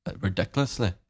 ridiculously